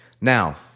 Now